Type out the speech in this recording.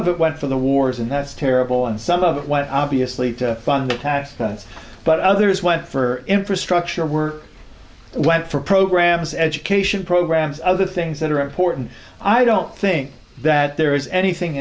of it went for the wars and that's terrible and some of it went obviously to fund the tax cuts but others went for infrastructure work went for programs education programs other things that are important i don't think that there is anything